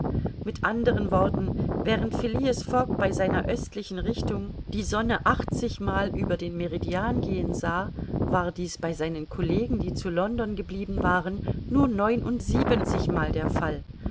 mit andern worten während phileas fogg bei seiner östlichen richtung die sonne achtzigmal über den meridian gehen sah war dies bei seinen collegen die zu london geblieben waren nur neunundsiebenzigmal der fall